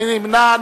מי נמנע?